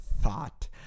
thought